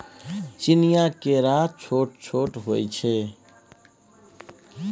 चीनीया केरा छोट छोट होइ छै